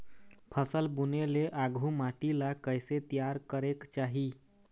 फसल बुने ले आघु माटी ला कइसे तियार करेक चाही?